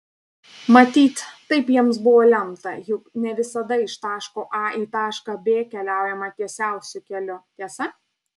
matyt taip jiems buvo lemta juk ne visada iš taško a į tašką b keliaujame tiesiausiu keliu tiesa